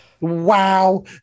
Wow